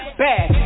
bad